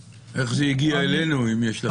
איך זה הגיע אלינו אם יש לכם הערות?